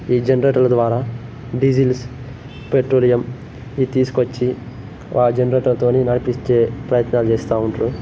ఈ జనరేటర్ల ద్వారా డీజిల్స్ పెట్రోలియం ఇది తీసుకొచ్చి జనరేటర్తోని నడిపిచ్చే ప్రయత్నాలు చేస్తూ ఉంటరు